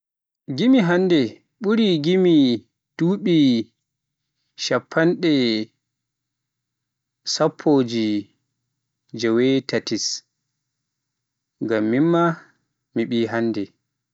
Gimi hannde ɓurii gimi duuɓi cappanɗe- sappooje joweetatis, ngam miin maa mi ɓii hannde.